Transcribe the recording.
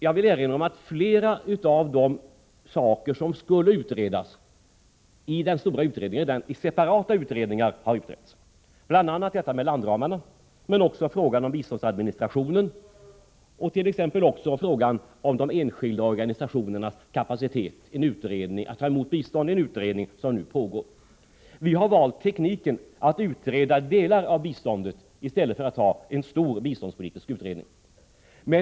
Jag vill emellertid erinra om att flera av de saker som skulle utredas i den stora utredningen redan har utretts i separata utredningar, bl.a. frågan om landramarna, frågan om biståndsadministrationen och frågan om de enskilda organisationernas kapacitet att ta emot bistånd. När det gäller den senare frågan pågår det för närvarande en utredning. Vi har valt tekniken att utreda delar av biståndet i stället för att ha en stor biståndspolitisk utredning.